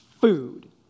Food